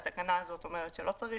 והתקנה הזאת תקנת משנה (ב) אומרת שלא צריך.